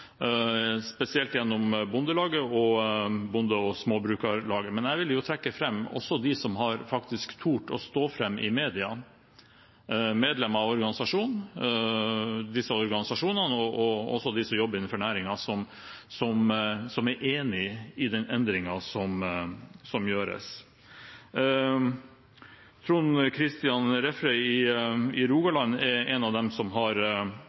spesielt gjennom Bondelaget og Norsk Bonde- og Småbrukarlag. Men jeg vil trekke fram også dem som faktisk har tort å stå fram i media, medlemmer av disse organisasjonene og de som jobber innenfor næringen, som er enige i den endringen som gjøres. Trond Kristian Refve i Rogaland er en av dem som har